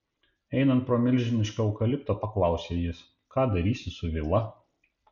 einant pro milžinišką eukaliptą paklausė jis ką darysi su vila